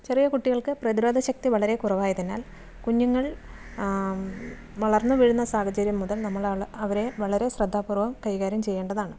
ചെറിയ കുട്ടികൾക്ക് പ്രതിരോധ ശക്തി വളരെ കുറവായതിനാൽ കുഞ്ഞുങ്ങൾ വളർന്നു വരുന്ന സാഹചര്യം മുതൽ നമ്മൾ അവരെ വളരെ ശ്രദ്ധാപൂർവ്വം കൈകാര്യം ചെയ്യേണ്ടതാണ്